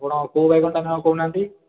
ଆପଣ କେଉଁ ବାଇଗଣଟା ନେବେ କହୁନାହାଁନ୍ତି